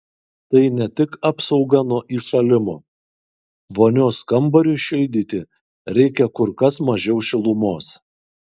tai ne tik apsauga nuo įšalimo vonios kambariui šildyti reikia kur kas mažiau šilumos